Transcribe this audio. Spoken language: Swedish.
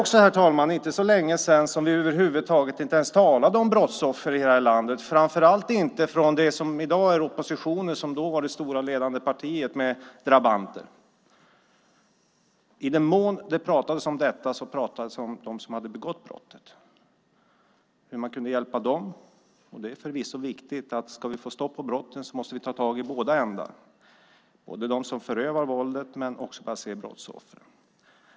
Det är inte heller så länge sedan som vi över huvud taget inte ens talade om brottsoffer i det här landet, och det gäller framför allt det som i dag är oppositionen och som då var det stora ledande partiet med drabanter. I den mån det pratades om detta pratades det om dem som hade begått brottet och hur man kunde hjälpa dem. Det är förvisso viktigt. Ska vi få stopp på brotten måste vi ta tag i båda ändar, både dem som utövar våldet och brottsoffren. Herr talman!